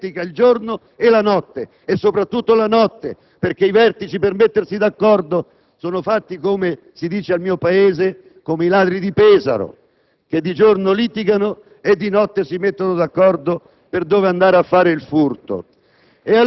di senso civico, di senso delle istituzioni che questo Governo dimentica il giorno e soprattutto la notte, perché i vertici per mettersi d'accordo sono fatti, come si dice al mio Paese, come i ladri di Pesaro,